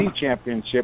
championship